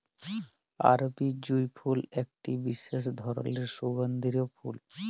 আরবি জুঁই ফুল একটি বিসেস ধরলের সুগন্ধিও ফুল